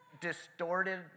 distorted